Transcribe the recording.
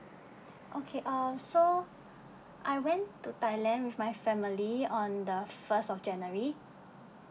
okay uh so I went to thailand with my family on the first of january